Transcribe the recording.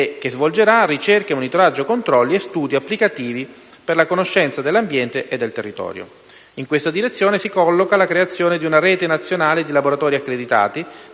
che svolgerà ricerche, monitoraggi, controlli e studi applicativi per la conoscenza dell'ambiente e del territorio. In questa direzione si colloca la creazione di una rete nazionale di laboratori accreditati,